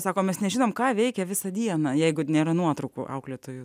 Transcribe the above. sako mes nežinom ką veikė visą dieną jeigu nėra nuotraukų auklėtojų